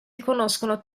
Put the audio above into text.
riconoscono